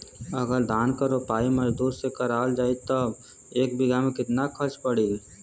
अगर धान क रोपाई मजदूर से करावल जाई त एक बिघा में कितना खर्च पड़ी?